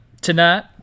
tonight